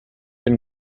been